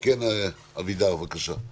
אבידר, בבקשה.